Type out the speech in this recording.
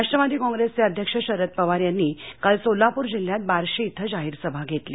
राष्ट्रवादी कॉप्रेसचे अध्यक्ष शरद पवार यांनी काल सोलापूर जिल्ह्यात बार्शी इथं जाहीर सभा घेतली